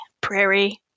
Prairie